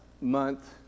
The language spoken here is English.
month